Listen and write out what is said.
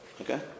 Okay